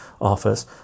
office